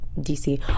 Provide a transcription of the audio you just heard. DC